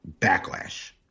backlash